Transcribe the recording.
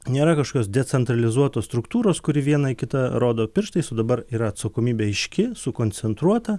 nėra kažkokios decentralizuotos struktūros kuri vienai kitą rodo pirštais o dabar yra atsakomybė aiški sukoncentruota